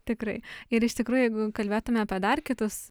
tikrai ir iš tikrųjų jeigu kalbėtume apie dar kitus